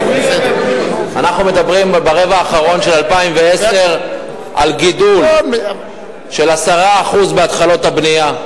אנחנו מדברים ברבע האחרון של 2010 על גידול של 10% בהתחלות הבנייה.